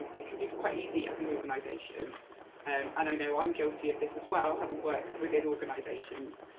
it it can be quite easy as an organisation, and i know i'm guilty of this as well, having worked within organisations,